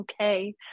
okay